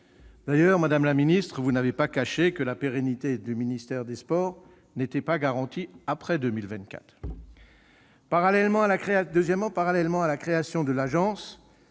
D'ailleurs, madame la ministre, vous n'avez pas caché que la pérennité du ministère des sports n'était pas garantie après 2024. Deuxièmement, parallèlement à la création de l'Agence,